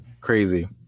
crazy